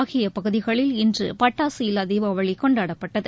ஆகியபகுதிகளில் இன்றுபட்டாக இல்லாதீபாவளிகொண்டாடப்பட்டது